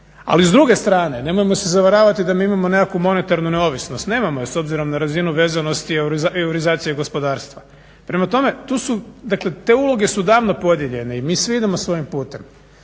Ali s druge strane nemojmo se zavaravati da mi imamo nekakvu monetarnu neovisnost. Nemamo je, s obzirom na razinu vezanosti eurizacije gospodarstva. Prema tome tu su, dakle te uloge su davno podijeljene i mi svi idemo svojim putem.